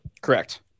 Correct